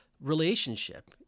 relationship